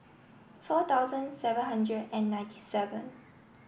four thousand seven hundred and ninety seven